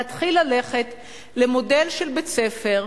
להתחיל ללכת למודל של בית-ספר,